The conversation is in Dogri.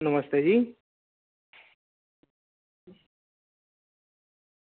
नमस्ते जी